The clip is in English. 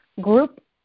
Group